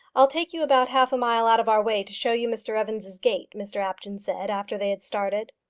i'll take you about half a mile out of our way to show you mr evans's gate, mr apjohn said, after they had started.